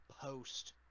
post